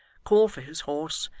call for his horse,